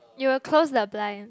you will close the blind